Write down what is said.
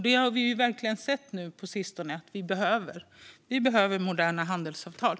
Att vi behöver moderna handelsavtal har vi verkligen sett på sistone.